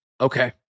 Okay